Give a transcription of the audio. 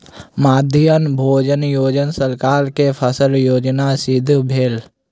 मध्याह्न भोजन योजना सरकार के सफल योजना सिद्ध भेल